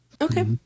Okay